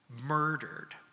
murdered